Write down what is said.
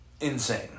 insane